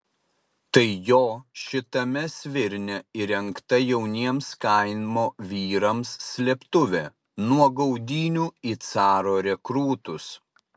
tai jo šitame svirne įrengta jauniems kaimo vyrams slėptuvė nuo gaudynių į caro rekrūtus